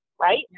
right